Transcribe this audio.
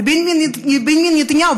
לבנימין נתניהו,